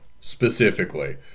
specifically